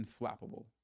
inflappable